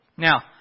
Now